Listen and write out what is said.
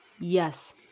Yes